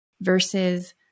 versus